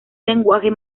lenguaje